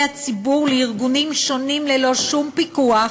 הציבור לארגונים שונים ללא שום פיקוח,